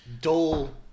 dull